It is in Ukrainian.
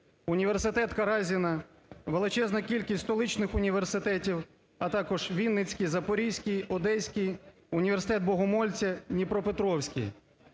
університет Каразіна, величезна кількість столичних університетів, а також Вінницький, Запорізький, Одеський, університет Богомольця, Дніпропетровський.